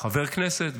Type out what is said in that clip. חבר כנסת,